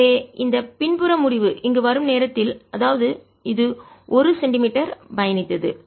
எனவே இந்த பின்புற முடிவு இங்கு வரும் நேரத்தில் அதாவது இது 1 சென்டிமீட்டர் பயணித்தது